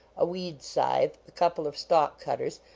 a weed-scythe, a couple of stalk-cutters,